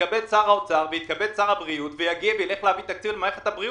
שיתכבד שר האוצר ויתכבד שר הבריאות וילך להביא תקציב למערכת הבריאות.